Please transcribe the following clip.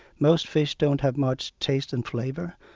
most fish don't have much taste and flavor,